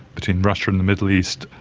between russia and the middle east,